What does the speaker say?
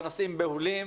והנושאים בהולים,